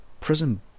Prison